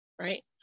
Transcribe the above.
right